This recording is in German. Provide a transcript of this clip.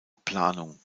planung